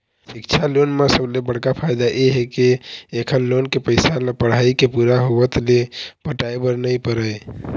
सिक्छा लोन म सबले बड़का फायदा ए हे के एखर लोन के पइसा ल पढ़ाई के पूरा होवत ले पटाए बर नइ परय